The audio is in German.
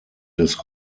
des